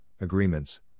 agreements